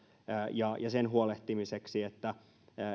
ja siitä huolehtimisessa että